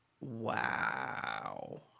Wow